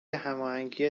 هماهنگی